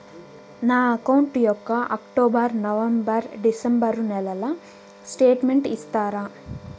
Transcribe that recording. నా అకౌంట్ యొక్క October, November, December నెలల స్టేట్మెంట్ ఇస్తారా?